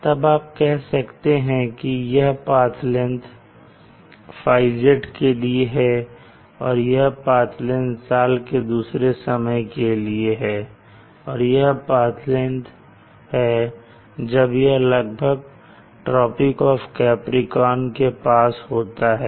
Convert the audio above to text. तब आप कह सकते हैं की यह पाथ लेंगथ θz के लिए है और यह पाथ लेंगथ साल के दूसरे समय के लिए है और यह पाथ लेंगथ है जब यह लगभग ट्रॉपिक ऑफ कैप्रीकॉर्न के पास होता है